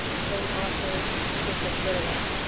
same authors different journal,